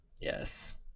Yes